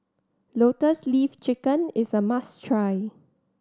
Lotus Leaf Chicken is a must try